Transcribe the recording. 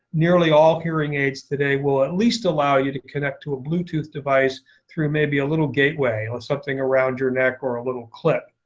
nearly all hearing aids today will at least allow you to connect to a bluetooth device through maybe a little gateway, something around your neck or a little clip.